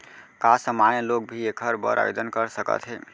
का सामान्य लोग भी एखर बर आवदेन कर सकत हे?